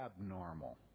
abnormal